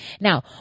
Now